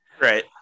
Right